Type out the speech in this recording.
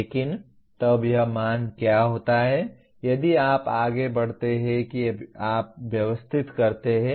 लेकिन तब यह मान क्या होता है यदि आप आगे बढ़ते हैं कि आप व्यवस्थित करते हैं